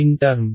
N term